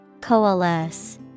Coalesce